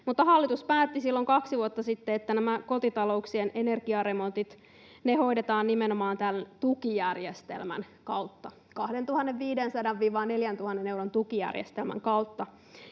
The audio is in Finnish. Mutta hallitus päätti silloin kaksi vuotta sitten, että nämä kotitalouksien energiaremontit hoidetaan nimenomaan tämän tukijärjestelmän kautta, 2 500—4 000 euron tukijärjestelmän kautta,